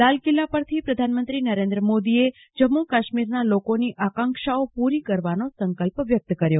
લાલ કિલ્લા પરથી પ્રધાનમંત્રી નરેન્દ્ર મોદીએ જમ્મુ કાશ્મીરના લોકોની આકાંક્ષાઓ પૂરી કરવાનો સંકલ્પ વ્યક્ત કર્યો